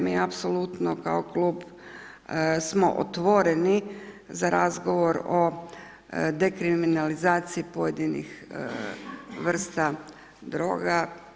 Mi apsolutno kao klub smo otvoreni za razgovor o dekriminalizaciji pojedinih vrsta droga.